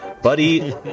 Buddy